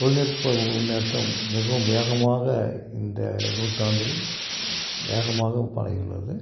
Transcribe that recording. தொழில்நுட்ப முன்னேற்றம் மிகவும் வேகமாக இந்த நூற்றாண்டில் வேகமாக பரவி உள்ளது